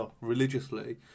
religiously